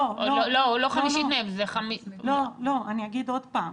לא, אני אגיד עוד פעם,